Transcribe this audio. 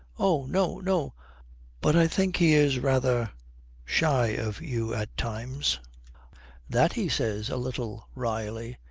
oh no, no but i think he is rather shy of you at times that, he says a little wryly,